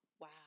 Wow